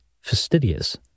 fastidious